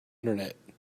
internet